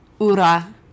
Ura